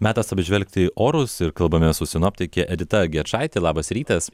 metas apžvelgti orus ir kalbamės su sinoptike edita gečaite labas rytas